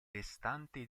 restanti